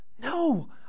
no